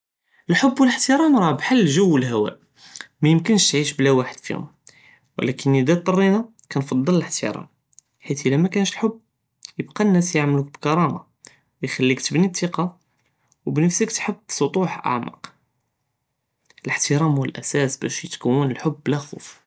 אלחובב ו אלאהתרם ראה כחאל אלג'ו ו אלהוואא, מאימכנש תעיש בלא ואחד פיהם, ולקין אם אצטארינה קנפדל אלאהתרם, חית אלא מאקאנש אלחובב, ייבקה אלנאס יעמלוך ב כראמה, יחליק תבני אסתיקה, ו בנפסכ תחוט סטוח אעמק, אלאהתרם הוא אלאסאס באש יתקון אלחובב בלא כופ.